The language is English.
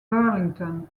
burlington